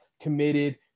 committed